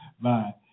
Bye